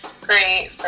great